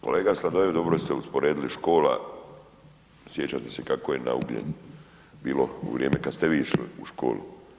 Kolega Sladoljev, dobro ste usporedili škola, sjećate se kako je na ugljen bilo u vrijeme kada ste vi išli u školu.